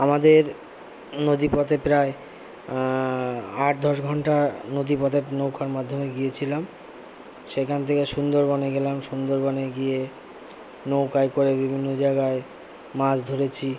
আমাদের নদীপথে প্রায় আট দশ ঘন্টা নদীপথে নৌকার মাধ্যমে গিয়েছিলাম সেখান থেকে সুন্দরবনে গেলাম সুন্দরবনে গিয়ে নৌকায় করে বিভিন্ন জায়গায় মাছ ধরেছি